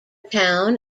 town